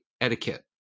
etiquette